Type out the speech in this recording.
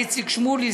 איציק שמולי,